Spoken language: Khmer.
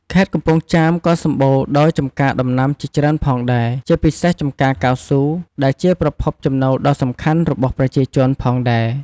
ខេត្តកំពង់ចាមក៏សម្បូរដោយចំការដំណាំជាច្រើនផងដែរ ជាពិសេសចំការកៅស៊ូ ដែលជាប្រភពចំណូលដ៏សំខាន់របស់ប្រជាជនផងដែរ។